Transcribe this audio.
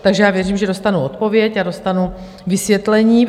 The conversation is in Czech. Takže já věřím, že dostanu odpověď a dostanu vysvětlení.